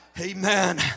Amen